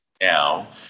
now